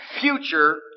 future